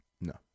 No